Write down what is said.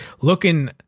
looking